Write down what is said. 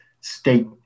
state